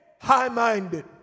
high-minded